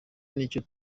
n’icyo